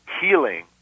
healing